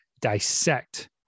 dissect